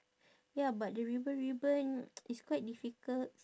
ya but the ribbon ribbon is quite difficult